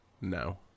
No